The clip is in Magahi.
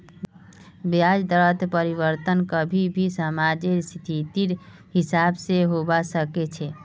ब्याज दरत परिवर्तन कभी भी समाजेर स्थितिर हिसाब से होबा सके छे